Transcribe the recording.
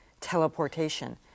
teleportation